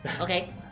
Okay